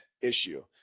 issue